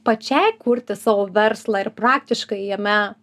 pačiai kurti savo verslą ir praktiškai jame